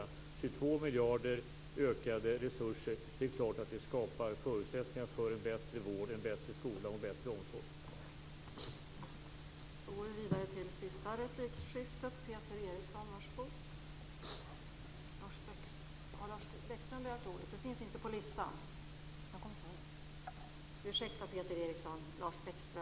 Det är klart att 22 miljarder i ökade resurser skapar förutsättningar för en bättre vård, en bättre skola och en bättre omsorg.